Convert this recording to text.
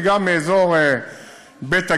וגם מאזור בית-הגדי,